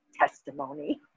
testimony